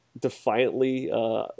defiantly